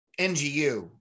NGU